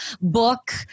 book